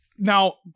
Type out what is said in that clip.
Now